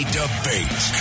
debate